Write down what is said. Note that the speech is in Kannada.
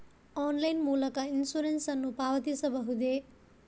ಆನ್ಲೈನ್ ಮೂಲಕ ಇನ್ಸೂರೆನ್ಸ್ ನ್ನು ಪಾವತಿಸಬಹುದೇ?